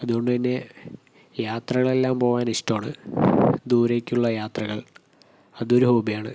അതുകൊണ്ട് തന്നെ യാത്രകളെല്ലാം പോകാൻ ഇഷ്ടമാണ് ദൂരേയ്ക്കുള്ള യാത്രകൾ അതൊരു ഹോബിയാണ്